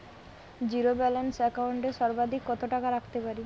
Zero balance account এ সর্বাধিক কত টাকা রাখতে পারি?